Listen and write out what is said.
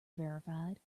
verified